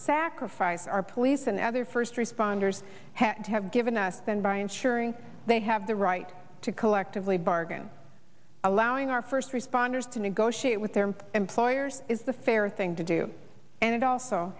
sacrifice our police and other first responders have given us than by ensuring they have the right to collectively bargain allowing our first responders to negotiate with their employers is the fair thing to do and it also